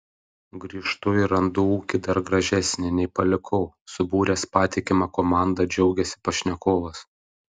grįžtu ir randu ūkį dar gražesnį nei palikau subūręs patikimą komandą džiaugiasi pašnekovas